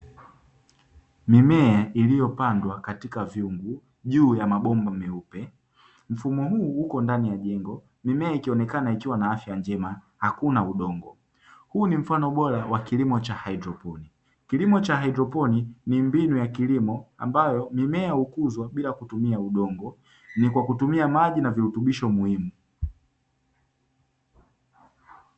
Mimea iliyopandwa katika vyungu juu ya mabomba meupe, mfumo huu uko ndani ya jengo mimea ikionekana ikiwa na afya njema hakuna udongo. Huu ni mfano bora wa kilimo cha haidroponi, kilimo cha haidroponi ni mbinu ya kilimo ambayo mimea hukuzwa bila kutumia udongo ni kwa kutumia maji na virutubisho muhimu.